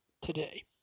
today